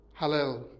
Hallel